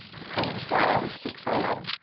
the coldest hour is six a m.